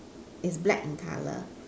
it's black in color